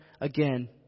again